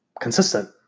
consistent